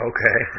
Okay